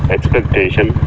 Expectation